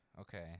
Okay